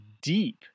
deep